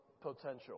potential